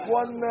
one